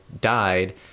died